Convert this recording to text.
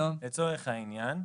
לצורך העניין,